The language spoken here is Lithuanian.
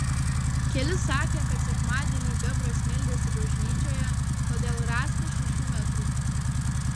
keli sakė kad sekmadienį bebras meldėsi bažnyčioje todėl rąstas šešių metrų